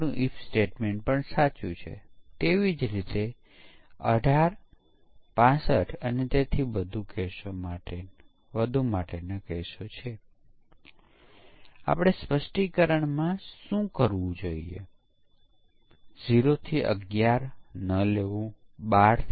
એકવાર નિષ્ફળ કેસની સૂચિ અથવા પરીક્ષણ અહેવાલ તૈયાર થઈ જાય તે પછી તે વિકાસકર્તાઓને આપવામાં આવે છે કે જેઓ કોડના ચોક્કસ ભૂલો અથવા ખામી કયા તે શોધે છે અને પછી તે યોગ્ય કરે છે